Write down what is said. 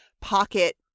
pocket